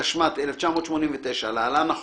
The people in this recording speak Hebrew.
התשמ"ט-1989 (להלן החוק),